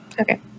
Okay